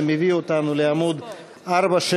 זה מביא אותנו לעמוד 468,